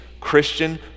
Christian